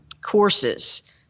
courses